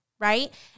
right